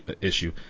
issue